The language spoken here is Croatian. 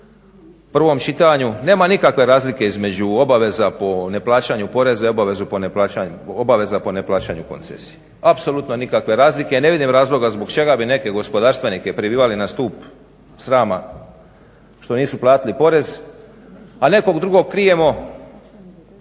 prvom čitanju, nema nikakve razlike između obaveza po neplaćanju poreza i obaveza po neplaćanju koncesije. Apsolutno nikakve razlike i ne vidim razloga zbog čega bi neke gospodarstvenike pribivali na stup srama što nisu platili porez, a nekog drugog krijemo